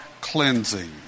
cleansing